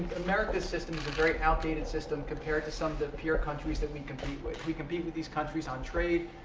america's system is a very outdated system compared to some of the peer countries that we compete with. we compete with these countries on trade,